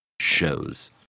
shows